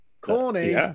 Corny